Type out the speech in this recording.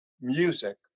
music